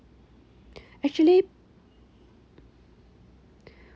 actually